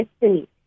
destiny